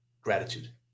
gratitude